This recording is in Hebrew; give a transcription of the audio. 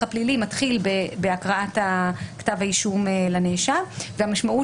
ההליך הפלילי מתחיל בהקראת כתב האישום לנאשם והמשמעות